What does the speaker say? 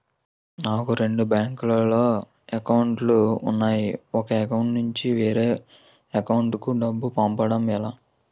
నాకు రెండు బ్యాంక్ లో లో అకౌంట్ లు ఉన్నాయి ఒక అకౌంట్ నుంచి వేరే అకౌంట్ కు డబ్బు పంపడం ఎలా?